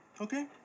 Okay